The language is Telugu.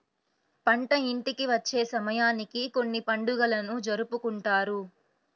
పంట ఇంటికి వచ్చే సమయానికి కొన్ని పండుగలను జరుపుకుంటారు